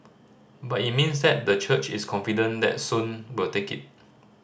but it means that the church is confident that Sun will make it